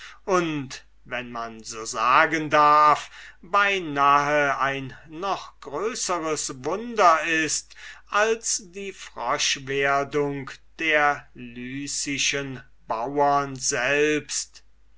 und wenn man so sagen darf beinahe ein noch größeres wunder ist als die froschwerdung der lycischen bauern selbst